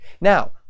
Now